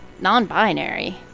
non-binary